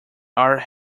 are